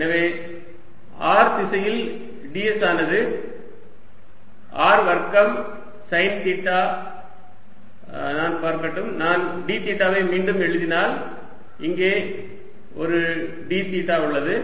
எனவே r திசையில் ds ஆனது r வர்க்கம் சைன் தீட்டா நான் பார்க்கட்டும் நான் d தீட்டாவை மீண்டும் எழுதினால் இங்கே ஒரு d தீட்டா உள்ளது